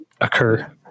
occur